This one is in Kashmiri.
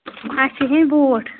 اَسہِ چِھ ہیٚنۍ بوٗٹھ